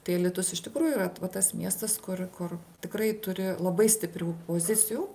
tai alytus iš tikrųjų yra va tas miestas kur kur tikrai turi labai stiprių pozicijų